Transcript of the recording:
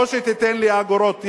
או שתיתן לי אגורות,